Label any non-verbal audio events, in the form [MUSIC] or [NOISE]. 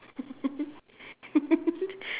[LAUGHS]